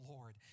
Lord